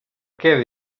què